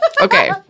Okay